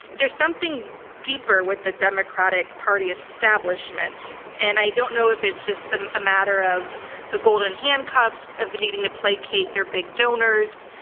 there's something deeper with the democratic party establishment, and i don't know if it's just a matter of the golden handcuffs, of needing to placate they're big donors.